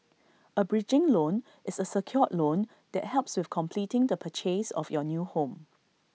A bridging loan is A secured loan that helps with completing the purchase of your new home